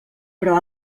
però